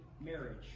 marriage